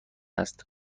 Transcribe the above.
است